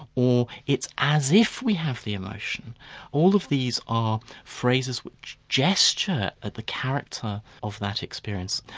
or it's as if we have the emotion all of these are phrases which gesture at the character of that experience.